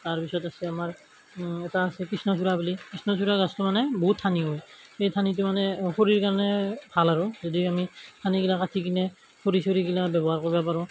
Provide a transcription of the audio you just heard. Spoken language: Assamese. তাৰপিছত আছে আমাৰ এটা আছে কৃষ্ণচূড়া বুলি কৃষ্ণচূড়া গছটো মানে বহুত ঠানি হয় সেই ঠানিটো মানে খৰিৰ কাৰণে ভাল আৰু যদি আমি ঠানিবিলাক কাটি কিনে খৰি চৰি গিলা ব্যৱহাৰ কৰিব পাৰো